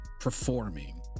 performing